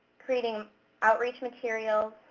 creating outreach materials.